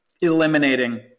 eliminating